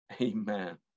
amen